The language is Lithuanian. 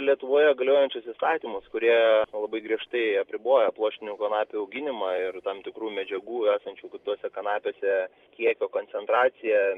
lietuvoje galiojančius įstatymus kurie labai griežtai apriboja pluoštinių kanapių auginimą ir tam tikrų medžiagų esančių tose kanapėse kiekio koncentraciją